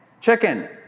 chicken